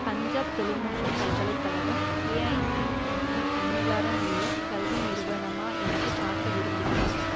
பஞ்சாப் தொழில்நுட்ப பல்கலைக்கழகம் ஏஐசிடிஇ அங்கீகாரமுள்ள கல்வி நிறுவனமா என்று பார்க்க விரும்புகிறேன்